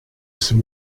some